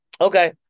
Okay